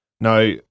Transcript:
Now